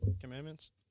commandments